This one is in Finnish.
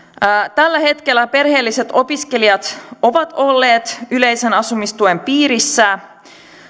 tällä hetkellä perheelliset opiskelijat ovat olleet yleisen asumistuen piirissä